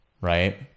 right